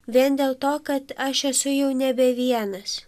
vien dėl to kad aš esu jau nebe vienas